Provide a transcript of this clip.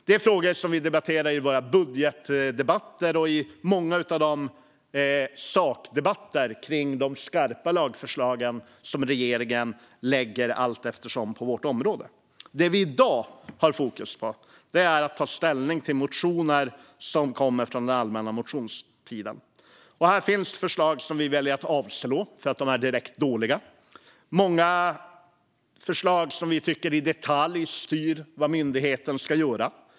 Det är frågor som vi debatterar i våra budgetdebatter och i många av de sakdebatter kring de skarpa lagförslag som regeringen lägger fram allteftersom på vårt område. Det som vi i dag har fokus på är att ta ställning till motioner från allmänna motionstiden. Här finns förslag som vi har valt att avstyrka för att de är direkt dåliga. Många förslag tycker vi i detalj styr vad myndigheten ska göra.